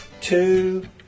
two